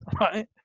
right